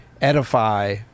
edify